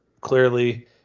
clearly